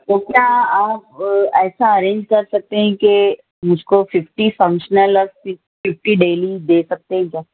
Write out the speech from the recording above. تو کیا آپ ایسا ارینج کر سکتے ہیں کہ مجھ کو ففٹی فنگشنل اور ففٹی ڈیلی دے سکتے ہیں کیا